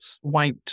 white